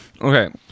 Okay